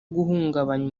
guhungabanya